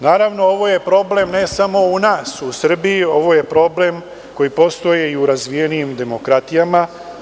Naravno, ovo je problem ne samo kod nas u Srbiji, ovo je problem koji postoji i u razvijenim demokratijama.